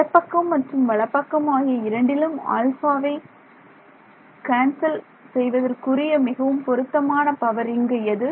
இடப்பக்கம் மற்றும் வலப்பக்கம் ஆகிய இரண்டிலும் ஆல்பாவை கேன்சல் செய்வதற்குரிய மிகவும் பொருத்தமான பவர் இங்கு எது